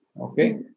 Okay